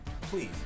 please